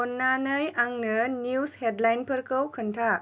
अन्नानै आंनो निउस हेडलाइनफोरखौ खोन्था